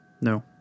No